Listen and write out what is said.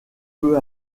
peu